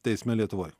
teisme lietuvoj